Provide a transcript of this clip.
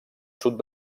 sud